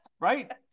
Right